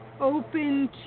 open